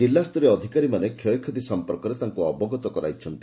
କିଲ୍ଲାସ୍ତରୀୟ ଅଧିକାରୀମାନେ କ୍ଷୟକ୍ଷତି ସମ୍ମର୍କରେ ତାଙ୍କୁ ଅବଗତ କରାଇଛନ୍ତି